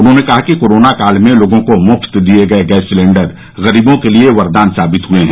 उन्होंने कहा कि कोरोना काल में लोगों को मुफ्त दिए गए गैस सिलेंण्डर गरीबों के लिए वरदान साबित हुए हैं